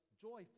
joyful